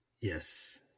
Yes